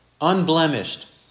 unblemished